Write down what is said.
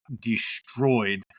destroyed